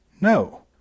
no